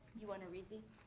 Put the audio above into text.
you wanna read these?